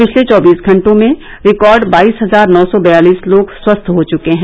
पिछले चौबीस घंटे में रिकॉर्ड बाईस हजार नौ सौ बयालिस लोग स्वस्थ हो चुके हैं